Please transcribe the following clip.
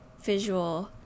visual